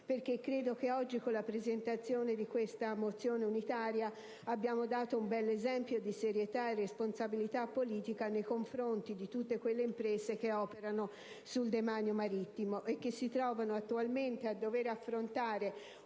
fatto. Credo che oggi, con la presentazione di questo ordine del giorno unitario, abbiamo dato un bell'esempio di serietà e responsabilità politica nei confronti di tutte quelle imprese che operano sul demanio marittimo e che si trovano attualmente a dover affrontare,